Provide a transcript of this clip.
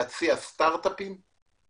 להציע סטארט אפים,